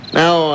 now